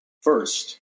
first